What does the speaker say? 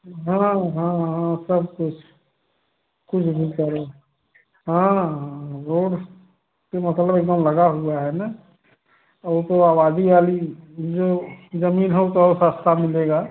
हाँ हाँ हाँ सब कुछ कुछ भी करो हाँ हाँ रोड से मतलब एक दम लगा हुआ है ना तो आबादी वाली जो ज़मीन हो तो और सस्ता मिलेगा